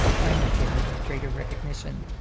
finally, getting her greater recognition.